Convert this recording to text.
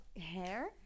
hair